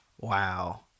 Wow